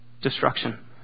destruction